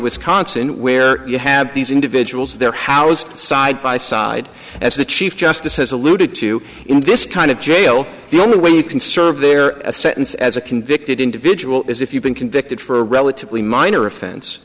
wisconsin where you have these individuals they're housed side by side as the chief justice has alluded to in this kind of jail the only way you can serve their sentence as a convicted individual is if you've been convicted for a relatively minor offense